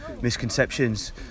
misconceptions